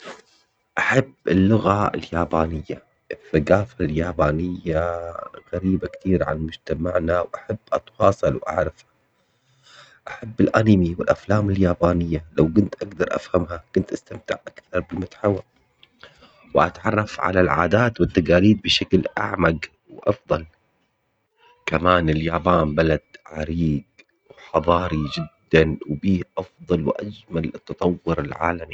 أحب اللغة اليابانية الثقافة اليابانية غريبة كثير عن مجتمعنا وأحب أتواصل وأعرف، أحب الأنيمي والأفلام اليابانية لو كنت أقدر أفهمها كنت أستمتع أكثر وأتعرف على العادات والتقاليد بشكل أعمق وأفضل كمان اليابان بلد عريق وحضاري جداً وبيه أفضل وأجمل التطور العالمي.